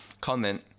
comment